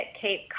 Cape